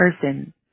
person